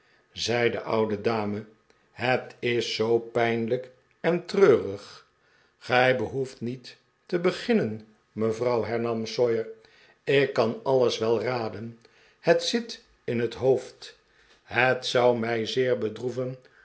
zei de oude dame het is zoo pijnlijk en treurig cij behoeft niet te beginnen mevrouw hernam sawyer ik kan alles wel raden het zit in het hoofd het zou mij zeer bedroeven